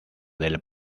del